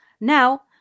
Now